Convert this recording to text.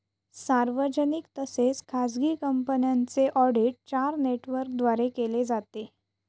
सार्वजनिक तसेच खाजगी कंपन्यांचे ऑडिट चार नेटवर्कद्वारे केले जाते